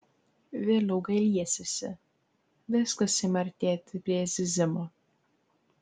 vėliau gailėsiesi viskas ima artėti prie zyzimo